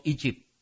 Egypt